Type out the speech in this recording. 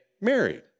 married